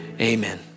amen